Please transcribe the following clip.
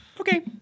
Okay